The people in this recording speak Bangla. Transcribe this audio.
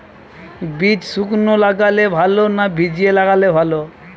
বীজ শুকনো লাগালে ভালো না ভিজিয়ে লাগালে ভালো?